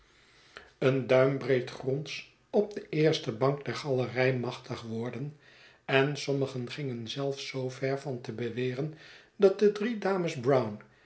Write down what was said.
een duimbreed gronds op de eerste bank der galerij rnachtig worden en sommigen gingen zelis zoo ver van te beweren dat de drie dames brown